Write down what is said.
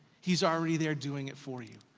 he's already there doing it for you.